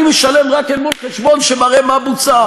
אני משלם רק אל מול חשבון שמראה מה בוצע.